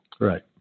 Right